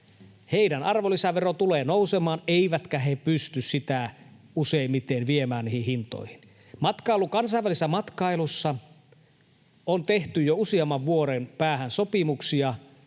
Heidän arvonlisäveronsa tulee nousemaan, eivätkä he pysty sitä useimmiten viemään niihin hintoihin. Kansainvälisessä matkailussa on tehty jo useamman vuoden päähän sopimuksia,